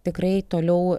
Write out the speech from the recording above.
tikrai toliau